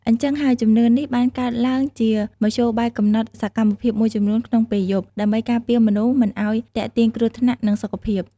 អញ្ចឹងហើយ ជំនឿនេះបានកើតឡើងជាមធ្យោបាយកំណត់សកម្មភាពមួយចំនួនក្នុងពេលយប់ ដើម្បីការពារមនុស្សមិនឲ្យទាក់ទាញគ្រោះថ្នាក់ និងសុខភាព។